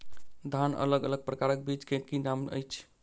धान अलग अलग प्रकारक बीज केँ की नाम अछि?